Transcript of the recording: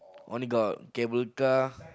only got cable car